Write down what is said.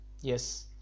Yes